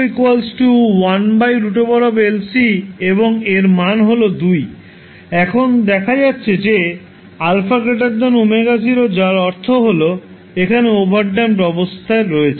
ω0 1 এবং এর মান হল 2 এখন দেখা যাচ্ছে যে α ω0 যার অর্থ হল এখানে ওভারড্যাম্পড অবস্থা আছে